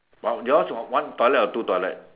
but yours got one toilet or two toilet